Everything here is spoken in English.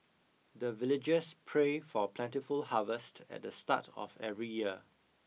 the villagers pray for plentiful harvest at the start of every year